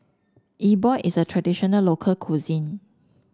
E Bua is a traditional local cuisine